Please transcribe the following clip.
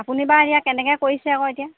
আপুনি বা এতিয়া কেনেকৈ কৰিছে আকৌ এতিয়া